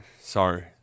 Sorry